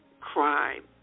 crime